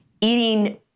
eating